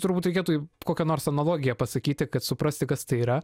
turbūt reikėtų kokią nors analogiją pasakyti kad suprasti kas tai yra